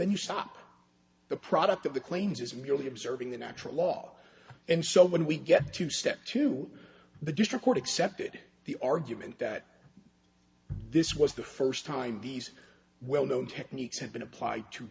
then you stop the product of the claims is merely observing the natural law and so when we get to step to the just record accepted the argument that this was the first time these well known techniques have been applied to